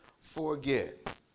forget